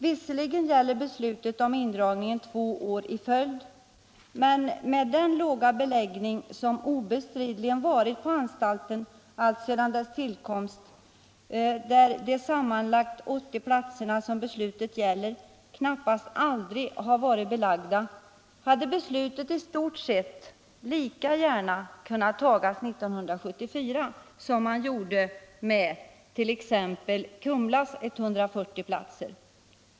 Visserligen blir det fråga om indragningar två år i följd, men med den låga beläggning som anstalten obestridligen haft alltsedan sin tillkomst — de sammanlagt 80 platser som frågan gäller har nästan aldrig varit belagda — hade beslutet i stort sett lika gärna kunnat fattas 1974, som man gjorde när det gällde t.ex. Kumlas 140 platser.